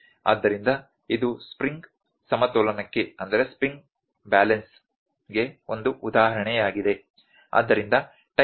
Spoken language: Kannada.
ಆದ್ದರಿಂದ ಇದು ಸ್ಪ್ರಿಂಗ್ ಸಮತೋಲನಕ್ಕೆ ಒಂದು ಉದಾಹರಣೆಯಾಗಿದೆ